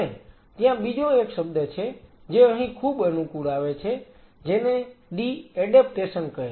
અને ત્યાં બીજો એક શબ્દ છે જે અહીં ખૂબ અનુકૂળ આવે છે જેને ડી એડેપ્ટેશન કહે છે